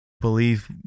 believe